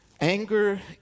Anger